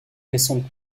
récente